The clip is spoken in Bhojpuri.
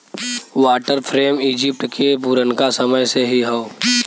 वाटर फ्रेम इजिप्ट के पुरनका समय से ही हौ